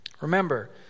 Remember